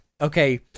Okay